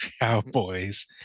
Cowboys